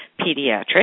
Pediatrics